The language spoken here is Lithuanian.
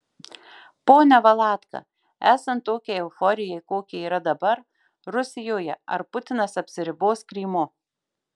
pone valatka esant tokiai euforijai kokia yra dabar rusijoje ar putinas apsiribos krymu